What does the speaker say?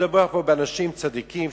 מדובר פה באנשים צדיקים,